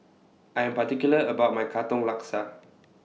I Am particular about My Katong Laksa